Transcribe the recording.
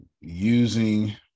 using